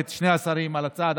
אני באמת מברך את שני השרים על הצעד